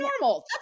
normal